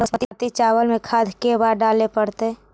बासमती चावल में खाद के बार डाले पड़तै?